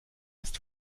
ist